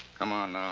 come on, now.